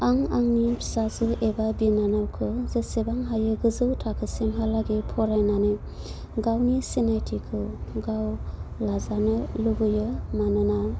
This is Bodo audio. आं आंनि फिसाजो एबा बिनानावखौ जेसेबां हायो गोजौ थाखोसिमहालागै फारयनानै गावनि सिनायथिखौ गाव लाजानो लुबैयो मानोना